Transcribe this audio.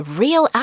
real